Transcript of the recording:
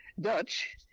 Dutch